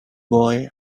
boy